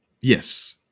Yes